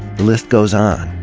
the list goes on.